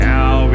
Now